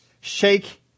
shake